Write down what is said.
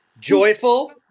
joyful